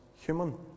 human